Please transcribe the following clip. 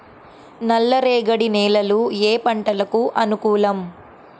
నల్లరేగడి నేలలు ఏ పంటలకు అనుకూలం?